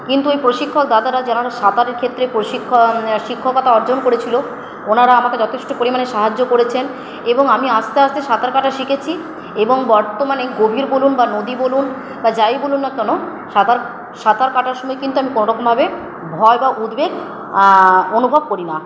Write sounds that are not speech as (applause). কিন্তু ওই প্রশিক্ষক দাদারা যারা (unintelligible) সাঁতারের ক্ষেত্রে (unintelligible) শিক্ষকতা অর্জন করেছিলো ওনারা আমাকে যথেষ্ট পরিমাণে সাহায্য করেছেন এবং আমি আস্তে আস্তে সাঁতার কাটা শিখেছি এবং বর্তমানে গভীর বলুন বা নদী বলুন বা যাই বলুন না কেন সাঁতার সাঁতার কাটার সময় কিন্তু আমি কোনো রকমভাবে ভয় বা উদ্বেগ অনুভব করি না